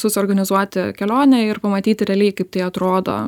susiorganizuoti kelionę ir pamatyti realiai kaip tai atrodo